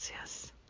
Yes